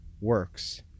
works